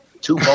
two